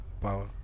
power